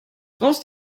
brauchst